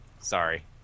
sorry